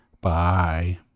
Bye